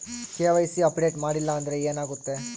KYC update ಮಾಡಿಲ್ಲ ಅಂದ್ರೆ ಏನಾಗುತ್ತೆ?